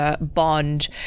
bond